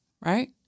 Right